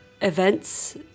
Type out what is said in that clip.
events